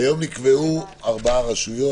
נקבעו ארבע רשויות.